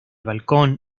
balcón